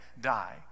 die